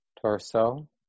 torso